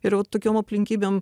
ir va tokiom aplinkybėm